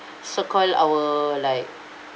so call our like